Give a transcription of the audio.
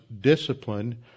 discipline